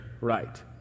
right